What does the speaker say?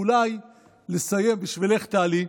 ואולי נסיים בשבילך, טלי,